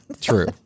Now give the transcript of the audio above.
true